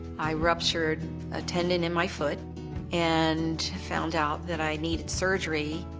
i ruptured a tendon in my foot and found out that i needed surgery.